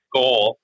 goal